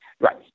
Right